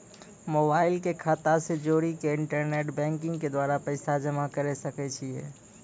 Mobile के खाता से जोड़ी के इंटरनेट बैंकिंग के द्वारा पैसा जमा करे सकय छियै?